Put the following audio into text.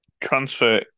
transfer